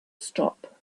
stop